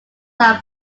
have